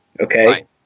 Okay